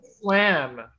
slam